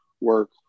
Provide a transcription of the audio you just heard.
work